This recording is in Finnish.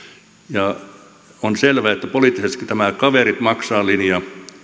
maksavat on selvää että poliittisesti tämä kaverit maksaa linja